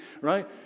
right